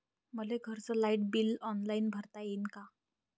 मले घरचं light bill online भरता येईन का?